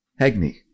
Hegney